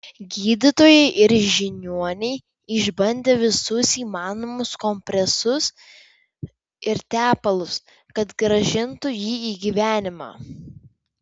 gydytojai ir žiniuoniai išbandė visus įmanomus kompresus ir tepalus kad grąžintų jį į gyvenimą